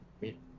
meet